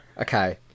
Okay